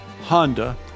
Honda